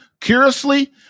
Curiously